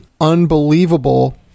unbelievable